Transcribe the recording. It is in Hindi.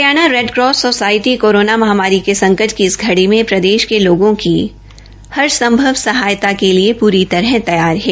हरियाणा रेडकास सोसायटी कोरोना महामारी के संकट की इस घड़ी में प्रदेष के लोगों की हर संभव सहायता के लिए पूरी तरह तैयार है